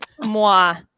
moi